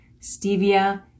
stevia